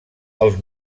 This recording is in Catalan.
els